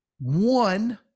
one